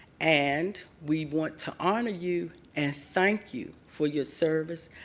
and we want to honor you and thank you for your service,